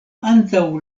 antaŭ